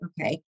okay